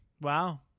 Wow